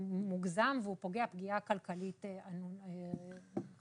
מוגזם ופוגע פגיעה כלכלית חמורה.